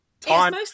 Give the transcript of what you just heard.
Time